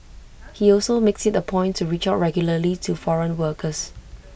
he also makes IT A point to reach out regularly to foreign workers